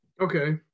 Okay